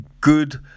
good